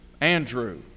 Andrew